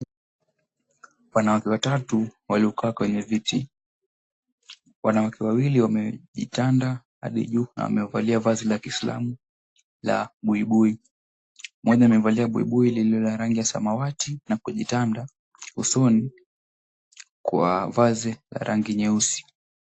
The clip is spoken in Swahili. Wanawake watutu waliokaa kwenye viti, wawili wakiwa wamejitanda hadi juu na wamevalia mavazi la kiislamu la buibui, mmoja amevalia buibui lililo na rangi ya samawati na kujitanda usoni kwa vazi la rangi nyeusi.